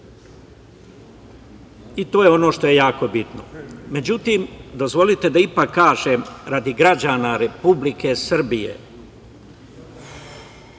i to je ono što je jako bitno.Međutim, dozvolite da ipak kažem, radi građana Republike Srbije